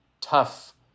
tough